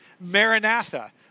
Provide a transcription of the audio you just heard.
maranatha